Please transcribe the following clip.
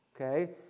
Okay